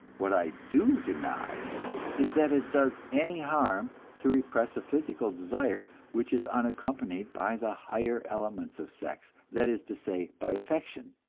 what i do deny is that it does any harm to repress a physical desire which is unaccompanied by the higher elements of sex that is to say, by affection,